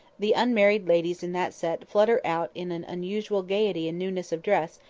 the unmarried ladies in that set flutter out in an unusual gaiety and newness of dress,